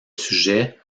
sujet